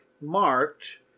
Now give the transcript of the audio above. marked